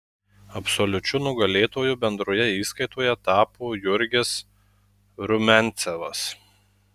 absoliučiu nugalėtoju bendroje įskaitoje tapo jurgis rumiancevas